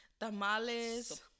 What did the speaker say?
tamales